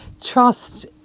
trust